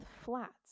flats